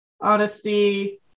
honesty